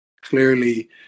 clearly